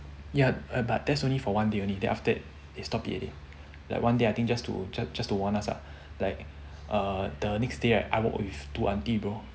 ya ah but that's only for one day only then after that they stopped it already like one day I think just to just to warn us ah like err the next day I work with two aunty bro